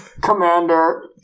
commander